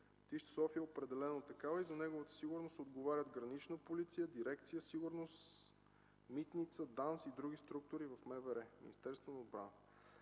Летище София е определено за такъв и за неговата сигурност отговарят Гранична полиция, дирекция „Сигурност”, „Митница”, ДАНС и други структури в Министерството на